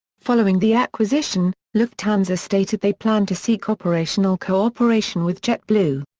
following the acquisition, lufthansa stated they plan to seek operational cooperation with jetblue.